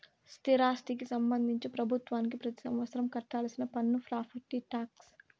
స్థిరాస్తికి సంబంధించి ప్రభుత్వానికి పెతి సంవత్సరం కట్టాల్సిన పన్ను ప్రాపర్టీ టాక్స్